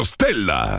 Stella